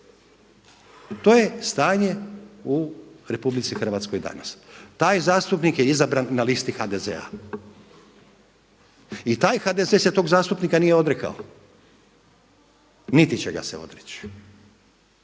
To je stanje u RH danas. Taj zastupnik je izabran na listi HDZ-a. I taj HDZ se tog zastupnika nije odrekao niti će ga se odreći.